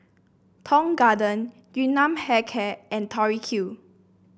Tong Garden Yun Nam Hair Care and Tori Q